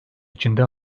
içinde